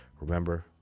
Remember